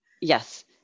Yes